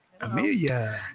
Amelia